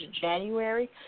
January